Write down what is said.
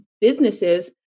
businesses